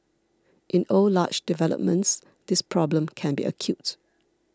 in old large developments this problem can be acute